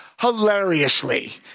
hilariously